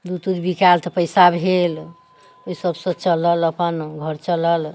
दूध तूध बिकायल तऽ पैसा भेल ओहि सभसँ चलल अपन घर चलल